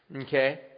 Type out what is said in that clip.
Okay